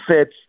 fits